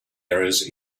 errors